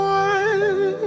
one